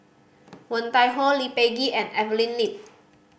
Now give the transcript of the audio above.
Woon Tai Ho Lee Peh Gee and Evelyn Lip